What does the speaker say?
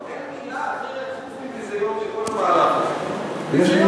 אין מילה אחרת חוץ מביזיון של כל המהלך הזה.